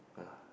uh